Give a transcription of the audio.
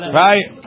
right